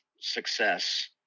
success